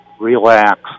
relax